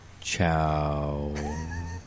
Ciao